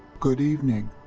good evening.